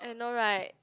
I know right